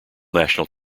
national